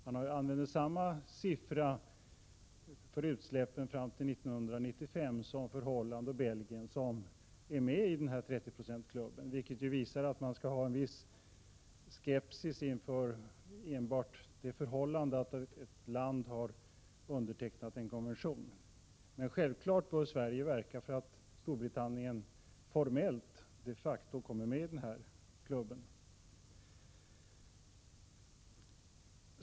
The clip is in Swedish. Man nämner samma siffror för Storbritanniens utsläpp fram till 1995 som för Hollands och Belgiens utsläpp. Dessa båda länder är ju med i 30-procentsklubben. Det visar att man bör ha en viss skepsis inför enbart det förhållande att ett land har undertecknat en konvention. Men självfallet bör Sverige verka för att Storbritannien formellt de facto kommer med i klubben.